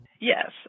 Yes